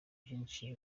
byinshi